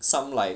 some like